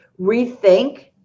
rethink